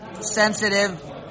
sensitive